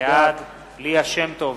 בעד ליה שמטוב,